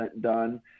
done